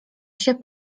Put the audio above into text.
się